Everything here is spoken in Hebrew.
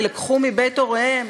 יילקחו מבית הוריהם